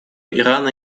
ирана